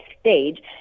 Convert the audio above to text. stage